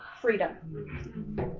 freedom